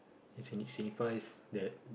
it's signi~ signifies that